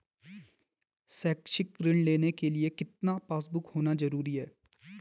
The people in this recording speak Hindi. शैक्षिक ऋण लेने के लिए कितना पासबुक होना जरूरी है?